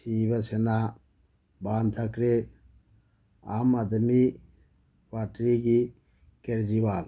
ꯁꯤꯕ ꯁꯦꯅꯥ ꯕꯥꯝ ꯊꯥꯀ꯭ꯔꯦ ꯑꯥꯝ ꯑꯥꯗꯃꯤ ꯄꯥꯔꯇꯤꯒꯤ ꯀ꯭ꯔꯦꯖꯤꯋꯥꯜ